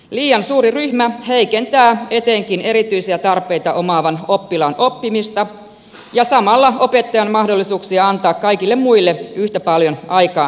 liian suuri ryhmä heikentää etenkin erityisiä tarpeita omaavan oppilaan oppimista ja samalla opettajan mahdollisuuksia antaa kaikille muille yhtä paljon aikaansa